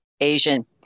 Asian